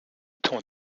tons